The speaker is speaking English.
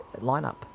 lineup